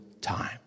time